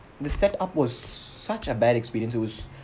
the set up was such a bad experience it was